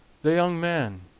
the young man,